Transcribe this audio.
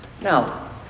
Now